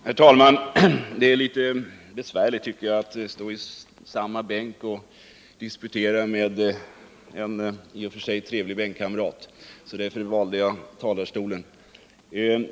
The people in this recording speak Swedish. Herr talman! Det är litet besvärligt, tycker jag, att stå i samma bänk och disputera med en i och för sig trevlig bänkkamrat, så därför väljer jag talarstolen.